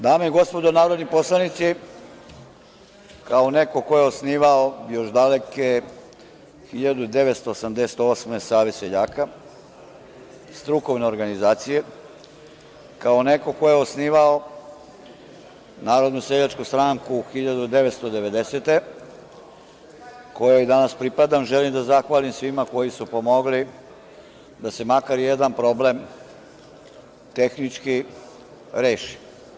Dame i gospodo narodni poslanici, kao neko ko je osnivao još daleke 1988. godine Savez seljaka strukovne organizacije, kao neko ko je osnivao Narodnu seljačku stranku 1990. godine, kojoj danas pripada, želim danas da zahvalim svima koji su pomogli da se makar jedan problem tehnički reši.